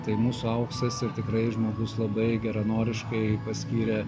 tai mūsų auksas ir tikrai žmogus labai geranoriškai paskyrė